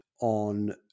on